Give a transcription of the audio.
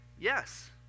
yes